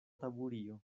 taburio